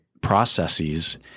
processes